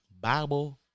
bible